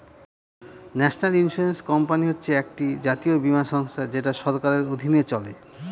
national Insurance Company হচ্ছে একটি জাতীয় বীমা সংস্থা যেটা সরকারের অধীনে চলে